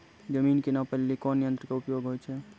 जमीन के नापै लेली कोन यंत्र के उपयोग होय छै?